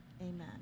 Amen